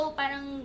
parang